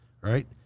right